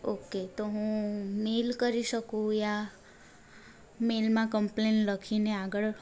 okay તો હું mail કરી શકું યા મેલમાં કમ્પ્લેન લખીને આગળ